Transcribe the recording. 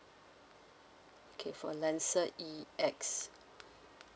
okay for lancer E X